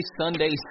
Sundays